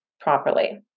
properly